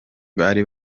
bari